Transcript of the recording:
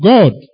God